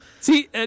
See